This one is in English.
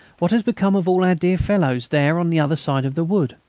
what has become of all our dear fellows there on the other side of the wood?